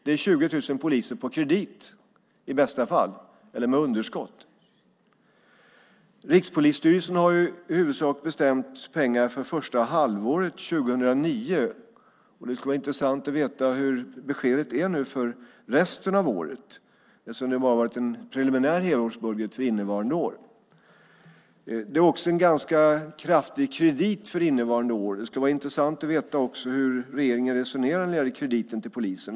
Det är 20 000 poliser på kredit i bästa fall eller med underskott. Rikspolisstyrelsen har ju i huvudsak fördelat pengar för första halvåret 2009. Det skulle vara intressant att veta hur beskedet nu är för resten av året eftersom det bara har varit en preliminär helårsbudget för innevarande år. Det är också en ganska kraftig kredit för innevarande år. Det skulle vara intressant att veta hur regeringen resonerar när det gäller krediten till polisen.